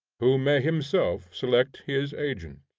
who may himself select his agents.